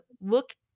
look